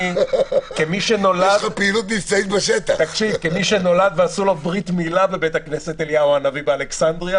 כמי שנולד ועשו לו ברית מילה בבית הכנסת אליהו הנביא באלכסנדריה,